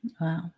Wow